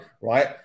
right